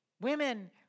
Women